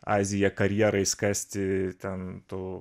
aziją karjerais kasti ten tų